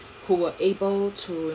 who were able to